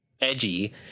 edgy